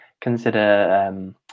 consider